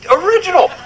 original